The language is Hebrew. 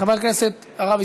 חברת הכנסת יעל כהן-פארן,